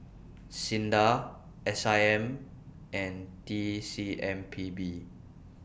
SINDA S I M and T C M P B